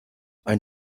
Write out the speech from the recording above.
ein